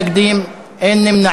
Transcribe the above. בעד, 17, שני מתנגדים, אין נמנעים.